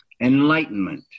enlightenment